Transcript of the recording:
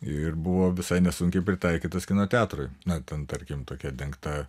ir buvo visai nesunkiai pritaikytas kino teatrui na ten tarkim tokia dengta